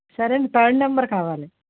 సరే అండి third number కావాలి